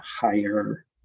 higher